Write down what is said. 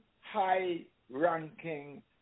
high-ranking